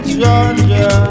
Georgia